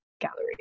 gallery